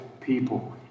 people